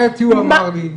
דקה וחצי הוא אמר לי.